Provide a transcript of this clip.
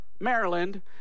Maryland